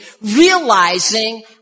realizing